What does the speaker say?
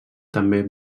també